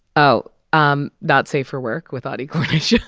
oh, um not safe for work with audie cornish yes